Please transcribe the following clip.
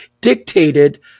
dictated